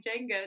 jenga